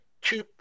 two